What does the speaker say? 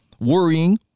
worrying